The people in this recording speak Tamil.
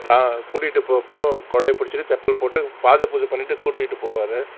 கூட்டிகிட்டு போக போக குடைய பிடிச்சிட்டு செப்பல் போட்டு பாத பூஜை பண்ணிட்டு கூட்டிகிட்டு போவார்